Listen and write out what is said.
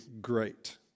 great